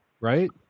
right